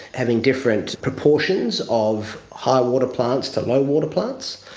having different proportions of high-water plants to low-water plants,